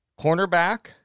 Cornerback